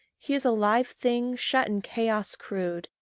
he is a live thing shut in chaos crude,